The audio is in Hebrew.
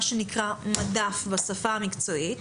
מה שנקרא בשפה המקצועית,